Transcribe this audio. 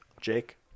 Jake